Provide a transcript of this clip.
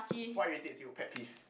what irritates you pet peeve